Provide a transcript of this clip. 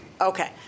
Okay